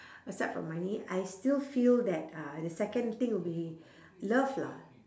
aside from money I still feel that uh the second thing will be love lah